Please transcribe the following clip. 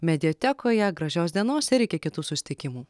mediatekoje gražios dienos ir iki kitų susitikimų